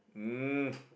mm